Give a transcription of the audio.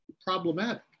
problematic